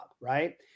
right